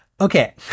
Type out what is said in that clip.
Okay